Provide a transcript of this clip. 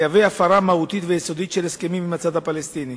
תהווה הפרה מהותית ויסודית של הסכמים עם הצד הפלסטיני.